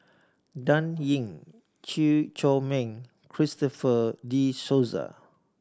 Dan Ying Chew Chor Meng Christopher De Souza